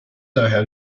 daher